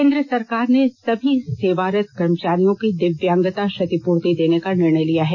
केंद्र सरकार ने सभी सेवारत कर्मचारियों को दिव्यांगता क्षतिपूर्ति देने का निर्णय लिया है